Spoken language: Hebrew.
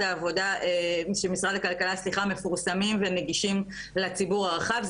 הכלכלה מפורסמים ונגישים לציבור הרחב.